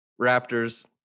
Raptors